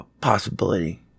possibility